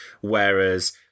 whereas